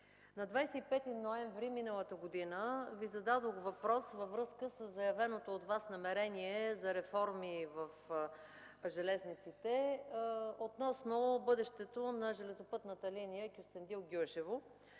на 25 ноември миналата година Ви зададох въпрос във връзка със заявеното от Вас намерение за реформи в железниците относно бъдещето на железопътната линия Кюстендил-Гюешево.